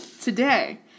today